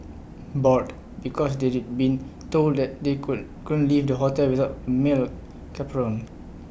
bored because they'd been told that they couldn't couldn't leave the hotel without male chaperone